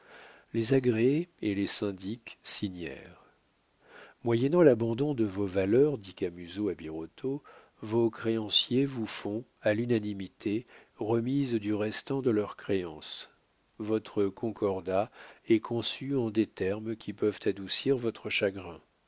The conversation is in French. les agréés et les syndics signèrent moyennant l'abandon de vos valeurs dit camusot à birotteau vos créanciers vous font à l'unanimité remise du restant de leurs créances votre concordat est conçu en des termes qui peuvent adoucir votre chagrin